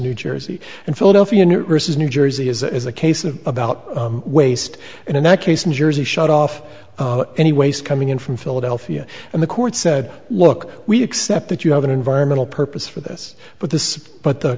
new jersey and philadelphia nurses new jersey is a case of about waste and in that case new jersey shut off any waste coming in from philadelphia and the court said look we accept that you have an environmental purpose for this but this but the